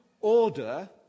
order